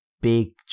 big